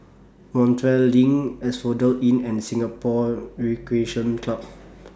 Montreal LINK Asphodel Inn and Singapore Recreation Club